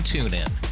TuneIn